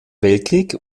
weltkrieg